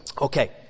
Okay